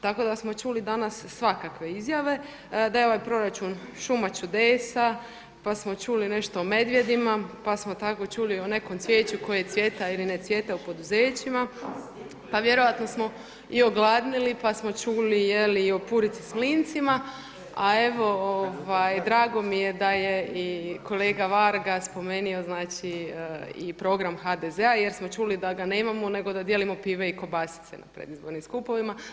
Tako da smo čuli danas svakakve izjave – da je ovaj proračun šuma čudesa, pa smo čuli nešto o medvjedima, pa smo tako čuli o nekom cvijeću koje cvjeta ili ne cvjeta u poduzećima, pa vjerojatno smo i ogladnili, pa smo čuli i o purici s mlincima- a evo, drago mi je da je i kolega Varga spomenuo i program HDZ-a jer smo čuli da ga nemamo, nego da dijelimo pive i kobasice na predizbornim skupovima.